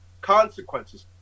consequences